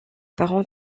parents